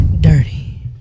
dirty